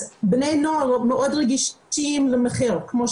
כמו שאנחנו יודעים בני נוער מאוד רגישים למחיר.